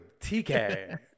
tk